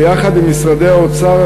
ויחד עם משרדי האוצר,